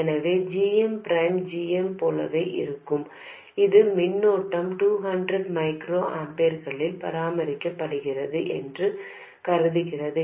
எனவே g m prime g m போலவே இருக்கும் இது மின்னோட்டம் 200 மைக்ரோ ஆம்பியர்களில் பராமரிக்கப்படுகிறது என்று கருதுகிறது